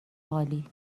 عالی